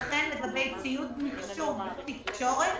לכן לגבי ציוד מחשוב ותקשורת,